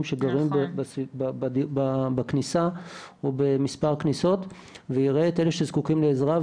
שגרים בכניסה או במספר כניסות ויראה את אלה שזקוקים לעזרה.